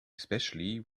especially